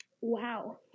wow